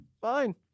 Fine